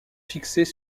fixés